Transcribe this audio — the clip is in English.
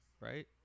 right